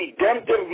redemptive